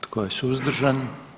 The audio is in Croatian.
Tko je suzdržan?